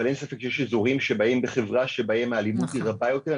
אבל אין ספק שיש אזורים שבהם האלימות בחברה היא רבה יותר.